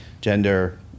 gender